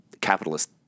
capitalist